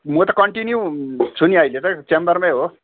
म त कन्टिन्यू छु नि अहिले त च्याम्बरमै हो